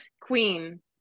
Queen